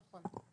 נכון.